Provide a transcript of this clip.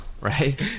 right